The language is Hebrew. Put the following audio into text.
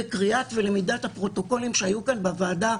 לאחר קריאת ולמידת הפרוטוקולים שהיו כאן בוועדה,